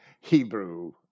Hebrew